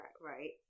right